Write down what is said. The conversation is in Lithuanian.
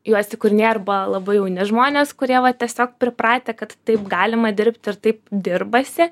juos įkūrinėja arba labai jauni žmonės kurie va tiesiog pripratę kad taip galima dirbti ir taip dirbasi